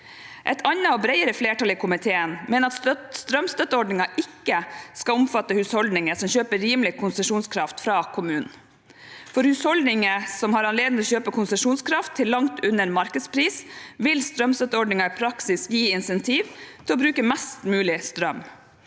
Et annet og bredere flertall i komiteen mener at strømstøtteordningen ikke skal omfatte husholdninger som kjøper rimelig konsesjonskraft fra kommunen. For husholdninger som har anledning til å kjøpe konsesjonskraft til langt under markedspris, vil strømstøtteordningen i praksis gi insentiv til å bruke mest mulig strøm.